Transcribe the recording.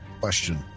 Question